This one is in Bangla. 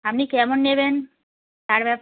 আপনি কেমন নেবেন তার ব্যা